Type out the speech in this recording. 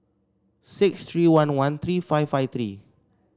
six three one one three five five three